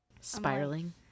spiraling